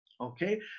okay